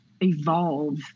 evolve